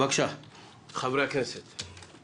אני מודה על הדיון הזה,